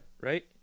right